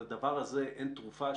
לדבר הזה אין תרופה.